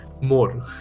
more